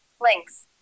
Links